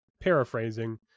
paraphrasing